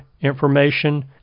information